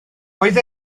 oedd